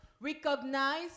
Recognize